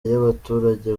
y’abaturage